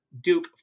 Duke